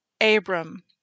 Abram